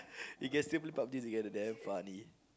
you can still play Pub-G together damn funny